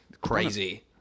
Crazy